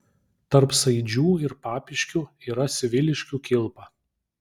tarp saidžių ir papiškių yra sviliškių kilpa